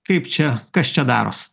kaip čia kas čia daros